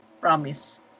Promise